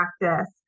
practice